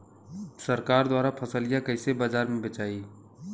सरकार द्वारा फसलिया कईसे बाजार में बेचाई?